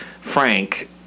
frank